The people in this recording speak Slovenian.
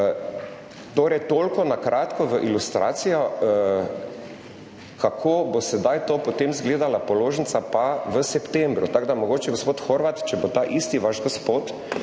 Torej toliko na kratko za ilustracijo. Kako bo sedaj izgledala položnica v septembru ... Tako da mogoče, gospod Horvat, če bo vaš ta isti gospod